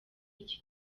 iki